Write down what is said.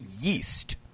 yeast